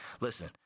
Listen